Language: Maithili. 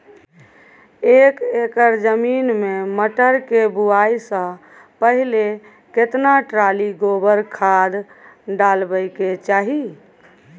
एक एकर जमीन में मटर के बुआई स पहिले केतना ट्रॉली गोबर खाद डालबै के चाही?